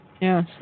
Yes